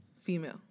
female